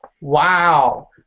Wow